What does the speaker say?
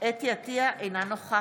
או שהמדינה תחליט: